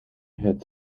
het